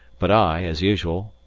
but i, as usual,